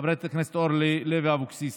חברת הכנסת אורלי לוי אבקסיס,